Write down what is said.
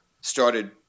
started